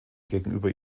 gegenüber